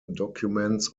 documents